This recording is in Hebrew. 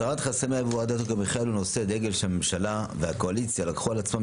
הסרת חסמי הייבוא הוא נושא דגל שהממשלה והקואליציה לקחו על עצמם